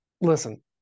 listen